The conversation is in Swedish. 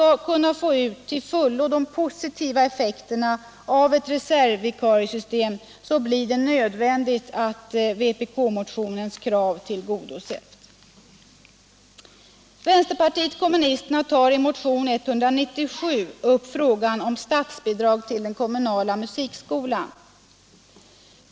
För att man till fullo skall kunna få ut de positiva effekterna av ett reservvikariesystem blir det nödvändigt att tillgodose vpk-motionens krav. Vänsterpartiet kommunisterna tar i motionen 1976/77:197 upp frågan om statsbidrag till den kommunala musikskolan.